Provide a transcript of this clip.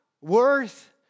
worth